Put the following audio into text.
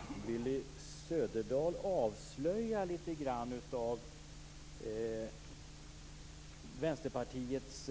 Fru talman! Willy Söderdahl avslöjar lite grann av Vänsterpartiets